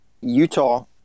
Utah